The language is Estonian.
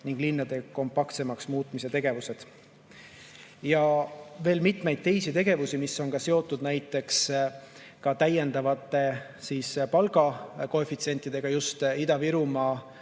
ning linnade kompaktsemaks muutmine. On veel mitmeid teisi tegevusi, mis on seotud näiteks täiendavate palgakoefitsientidega just Ida-Virumaa